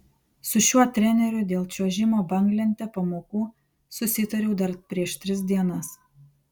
su šiuo treneriu dėl čiuožimo banglente pamokų susitariau dar prieš tris dienas